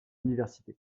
universités